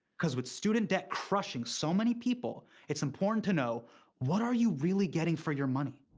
because with student debt crushing so many people, it's important to know what are you really getting for your money?